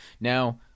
Now